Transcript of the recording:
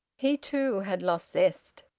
he too had lost zest.